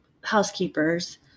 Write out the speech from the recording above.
housekeepers